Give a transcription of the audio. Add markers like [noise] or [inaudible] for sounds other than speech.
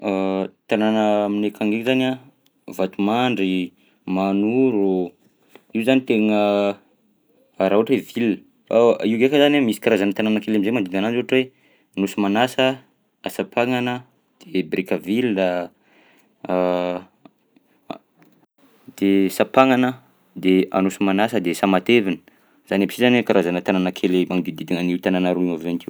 [hesitation] Tanàna aminay akagny ndraika zany a: Vatomandry, Mahanoro, io zany tegna [hesitation] raha ohatra hoe ville. [hesitation] Io ndraika zany a misy karazana tanànakely am'zay manodidigna anazy ohatra hoe: nosy Manasa, Ansapagnana, de Brickaville a, [hesitation] a- de Sampagnana de anosy Manasa de Sahamatevina, zany aby si zany a karazana tanànakely manodidididina an'io tanàna roa maventy io.